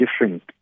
different